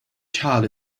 child